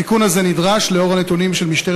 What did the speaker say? התיקון הזה נדרש עקב הנתונים של משטרת